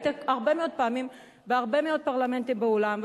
היית הרבה מאוד פעמים בהרבה מאוד פרלמנטים בעולם,